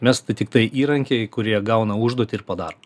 mes tai tiktai įrankiai kurie gauna užduotį ir padaro